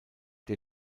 der